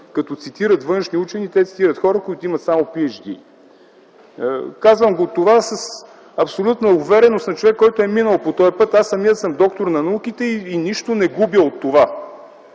учени цитират външни учени, цитират само хора, които имат PHD. Казвам това с абсолютна увереност на човек, минал по този път. Аз самият съм доктор на науките и нищо не губя от това,